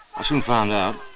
i soon found out,